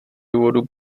důvodů